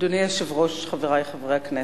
אדוני היושב-ראש, חברי חברי הכנסת,